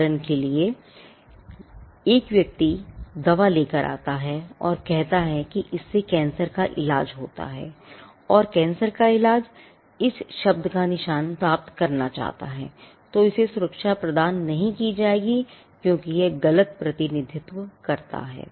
उदाहरण के लिए कोई व्यक्ति एक दवा लेकर आता है और कहता है कि इससे कैंसर का इलाज होता है और कैंसर का इलाज इस शब्द का निशान प्राप्त करना चाहता है तो इसे सुरक्षा प्रदान नहीं की जाएगी क्योंकि यह गलत प्रतिनिधित्व करता है